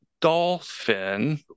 dolphin